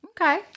Okay